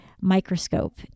microscope